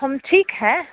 हम ठीक हैं